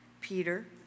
Peter